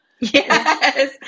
Yes